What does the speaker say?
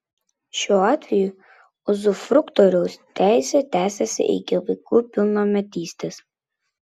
šiuo atveju uzufruktoriaus teisė tęsiasi iki vaikų pilnametystės